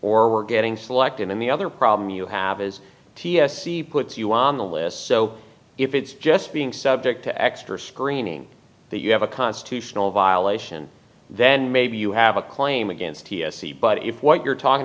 we're getting selected and the other problem you have is t f c puts you on the list so if it's just being subject to extra screening that you have a constitutional violation then maybe you have a claim against t s a but if what you're talking